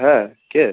হ্যাঁ কে